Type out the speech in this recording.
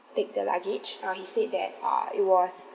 take the luggage uh he said that uh it was